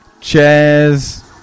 Cheers